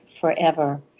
forever